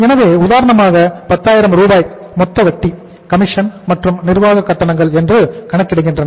எனவே உதாரணமாக 10000 ரூபாய் மொத்த வட்டி கமிஷன் மற்றும் நிர்வாக கட்டணங்கள் என்று கணக்கிடுகின்றனர்